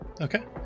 Okay